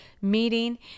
meeting